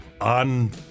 on